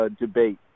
debate